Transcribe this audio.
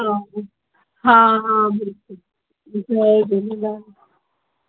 हा हा हा बिल्कुलु जय झूलेलाल